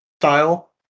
style